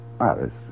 Iris